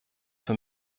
für